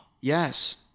Yes